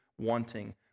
wanting